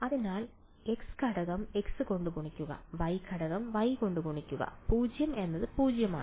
അതിനാൽ x ഘടകം x കൊണ്ട് ഗുണിക്കുന്നു y ഘടകം y കൊണ്ട് ഗുണിക്കുന്നു 0 എന്നത് 0 ആണ്